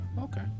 Okay